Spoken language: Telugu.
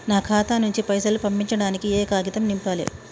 నా ఖాతా నుంచి పైసలు పంపించడానికి ఏ కాగితం నింపాలే?